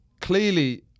Clearly